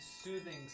soothing